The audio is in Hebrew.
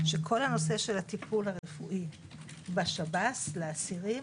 שכל הנושא של הטיפול הרפואי בשב"ס לאסירים